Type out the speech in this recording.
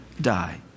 die